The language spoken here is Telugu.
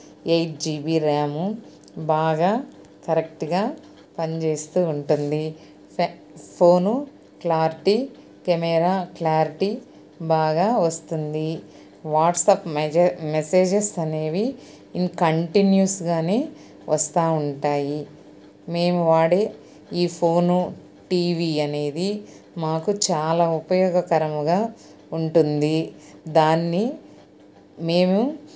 ఎయిట్ జీబి ర్యాము బాగా కరెక్ట్గా పనిచేస్తూ ఉంటుంది ఫె ఫోను క్లారిటీ కెమెరా క్లారిటీ బాగా వస్తుంది వాట్సప్ మెసేజెస్ అనేవి ఇన్ కంటిన్యూస్గానే వస్తూ ఉంటాయి మేము వాడే ఈ ఫోను టీవీ అనేది మాకు చాలా ఉపయోగకరముగా ఉంటుంది దాన్ని మేము